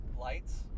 lights